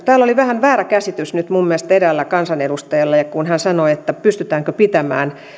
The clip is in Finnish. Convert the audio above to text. täällä oli vähän väärä käsitys mielestäni eräällä kansanedustajalla kun hän sanoi että pystytäänkö pitämään